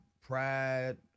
pride